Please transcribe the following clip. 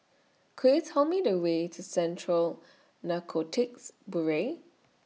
Could YOU Tell Me The Way to Central Narcotics Bureau